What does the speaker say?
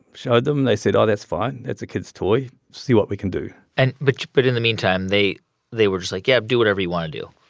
showed them. they said, oh, that's fine. that's a kid's toy see what we can do and but in the meantime, they they were just like, yeah, do whatever you want to do.